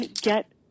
get